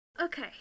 Okay